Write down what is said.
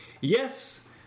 Yes